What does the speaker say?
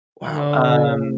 Wow